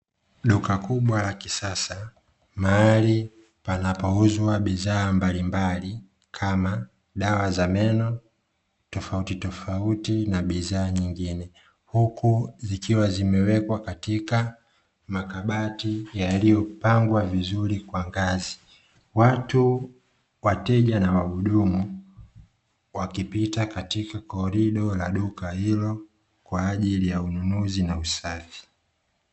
Duka kubwa la kisasa mahali panapouzwa bidhaa mbalimbali kama dawa za meno tofauti tofauti na bidhaa nyingine, huku zikiwa zimewekwa katika makabati yaliyopangwa vizuri kwa ngazi. Watu, wateja na wahudumu wakipita katika korido la duka hilo kwa ajili ya ununuzi na usafi.